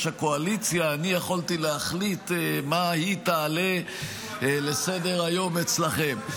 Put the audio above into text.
הקואליציה אני יכולתי להחליט מה היא תעלה לסדר-היום אצלכם.